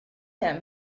him